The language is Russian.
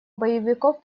боевиков